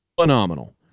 phenomenal